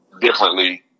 differently